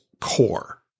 core